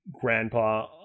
grandpa